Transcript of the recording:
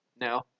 No